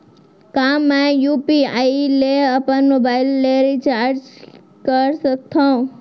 का मैं यू.पी.आई ले अपन मोबाइल के रिचार्ज कर सकथव?